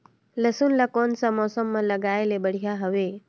लसुन ला कोन सा मौसम मां लगाय ले बढ़िया हवे?